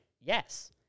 Yes